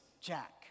Jack